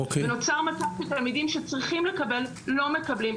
ונוצר מצב שתלמידים שצריכים לקבל לא מקבלים.